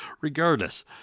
regardless